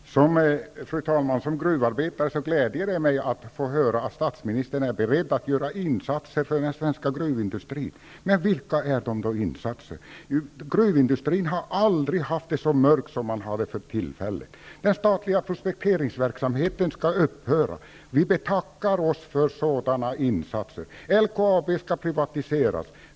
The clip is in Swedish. Fru talman! Det gläder mig som gruvarbetare att få höra att statsministern är beredd att göra insatser för den svenska gruvindustrin. Men vilka är då de insatserna? Framtiden för gruvindustrin har aldrig sett så mörk ut som den för tillfället gör; den statliga prospekteringsverksamheten skall upphöra. Vi betackar oss för sådana insatser! LKAB skall privatiseras.